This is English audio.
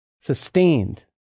Sustained